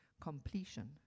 Completion